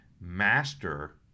master